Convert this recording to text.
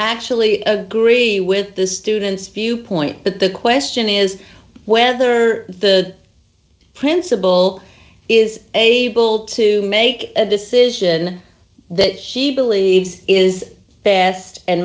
actually agree with this student's few points but the question is whether the principal is able to make a decision that he believes is best and